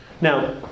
Now